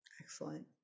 Excellent